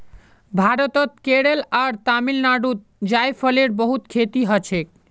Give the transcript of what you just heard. भारतत केरल आर तमिलनाडुत जायफलेर बहुत खेती हछेक